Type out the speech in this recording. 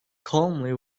calmly